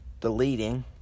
deleting